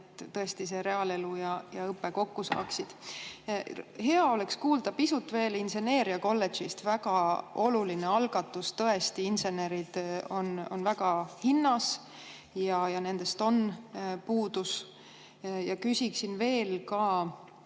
et tõesti reaalelu ja õpe kokku saaksid. Hea oleks kuulda pisut veel inseneeriakolledžist, väga oluline algatus. Tõesti, insenerid on väga hinnas ja nendest on puudus. Küsiksin veel ka